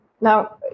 Now